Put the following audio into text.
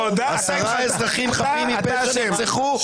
עשרה אזרחים חפים מפשע נרצחו.